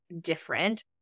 different